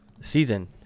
season